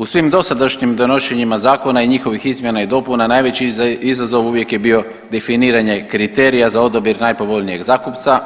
U svim dosadašnjim donošenjima zakona i njihovih izmjena i dopuna najveći izazov uvijek je bio definiranje kriterija za odabir najpovoljnijeg zakupca,